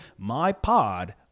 mypod